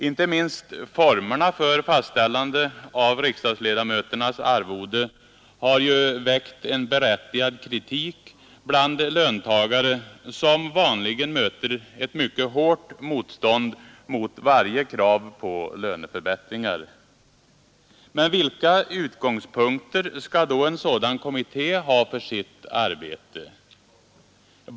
Inte minst formerna för fastställande av riksdagsledamöternas arvode har ju väckt en berättigad kritik bland löntagare, som vanligen möter ett mycket hårt motstånd mot varje krav på löneförbättringar. Men vilka utgångspunkter skall då en sådan kommitté ha för sitt arbete?